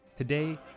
Today